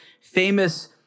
famous